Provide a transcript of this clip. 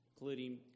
including